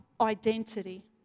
identity